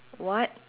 what